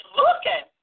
looking